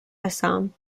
assam